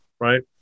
right